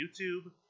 YouTube